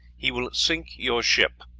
he will sink your ship.